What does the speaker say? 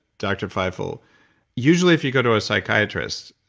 dr. feifel usually, if you go to a psychiatrist,